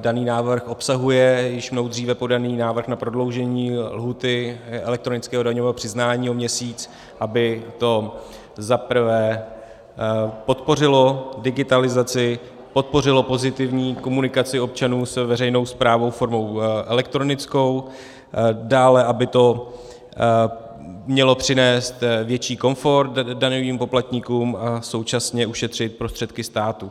daný návrh obsahuje již mnou dříve podaný návrh na prodloužení lhůty elektronického daňového přiznání o měsíc, aby to za prvé podpořilo digitalizaci, podpořilo pozitivní komunikaci občanů s veřejnou správou formou elektronickou, dále by to mělo přinést větší komfort daňovým poplatníkům a současně ušetřit prostředky státu.